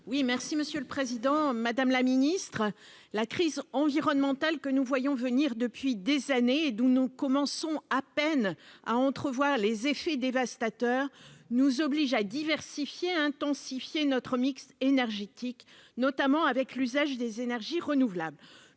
Oui, merci Monsieur le Président, Madame la Ministre, la crise environnementale que nous voyons venir depuis des années et d'où nous commençons à peine à entrevoir les effets dévastateurs nous oblige à diversifier intensifier notre mix énergétique, notamment avec l'usage des énergies renouvelables,